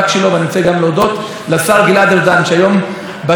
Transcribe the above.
ומתוודה שזאת טעות וזאת חרפה שצריך לסלק אותה,